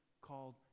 called